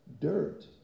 dirt